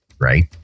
right